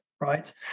right